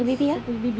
siapa punya baby